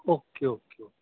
okay okay okay